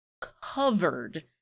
covered